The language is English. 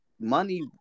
money